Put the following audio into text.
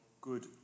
good